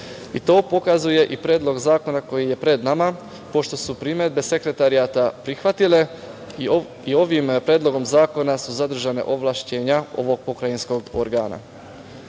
i to pokazuje Predlog zakona koji je pred nama, pošto su primedbe Sekretarijata prihvatile i ovim Predlogom zakona su zadržana ovlašćenja ovog pokrajinskog organa. Na